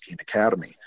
Academy